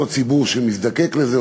אותו ציבור שמזדקק לזה.